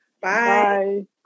Bye